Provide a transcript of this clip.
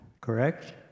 Correct